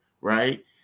right